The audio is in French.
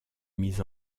mis